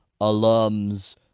alums